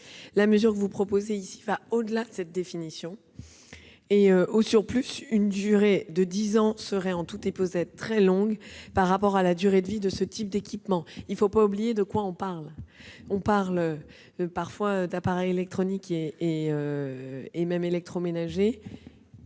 La mesure proposée ici va au-delà de cette définition. Au surplus, une durée de dix ans serait en tout état de cause très longue par rapport à la durée de vie de ce type d'équipements. Il ne faut pas oublier que l'on parle ici d'appareils électroniques ou électroménagers.